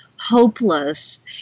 hopeless